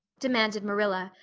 demanded marilla,